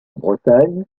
bretagne